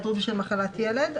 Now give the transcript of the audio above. היעדרות בשל מחלת ילד.